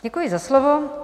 Děkuji za slovo.